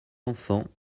enfants